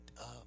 up